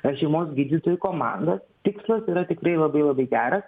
ar šeimos gydytojų komandas tikslas yra tikrai labai labai geras